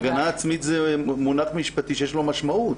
הגנה עצמית זה מונח משפטי שיש לו משמעות.